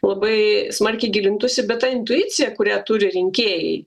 labai smarkiai gilintųsi bet ta intuicija kurią turi rinkėjai